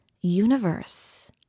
universe